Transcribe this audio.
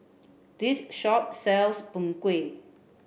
this shop sells png kueh